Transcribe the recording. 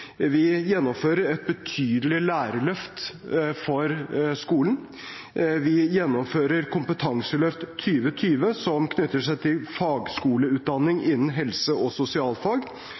Vi gjennomfører et betydelig lærerløft for skolen. Vi gjennomfører Kompetanseløft 2020, som knytter seg til fagskoleutdanning innen helse- og sosialfag,